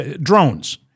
drones